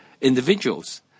Individuals